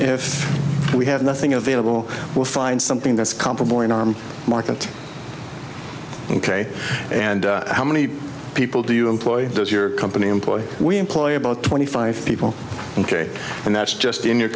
if we have nothing available we'll find something that's comparable in arm market ok and how many people do you employ does your company employ we employ about twenty five people ok and that's just in your